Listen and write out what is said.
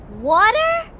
Water